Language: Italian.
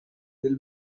del